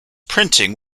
printing